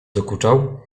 dokuczał